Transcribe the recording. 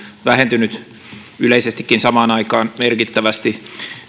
vähentynyt yleisestikin samaan aikaan merkittävästi